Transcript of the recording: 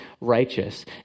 righteous